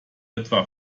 etwa